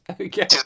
okay